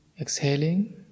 exhaling